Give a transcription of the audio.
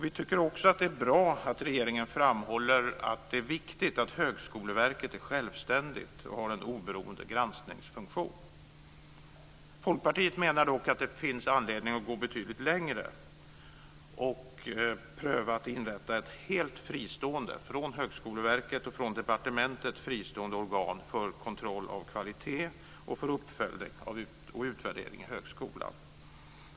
Vi tycker också att det är bra att regeringen framhåller att det är viktigt att Högskoleverket är självständigt och har en oberoende granskningsfunktion. Folkpartiet anser dock att det finns anledning att gå betydligt längre och pröva att inrätta ett helt från Högskoleverket och departementet fristående organ för kontroll av kvalitet och för uppföljning och utvärdering i högskolan.